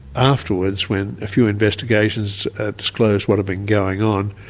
afterwards, when a few investigations disclosed what had been going on,